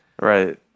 Right